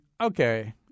okay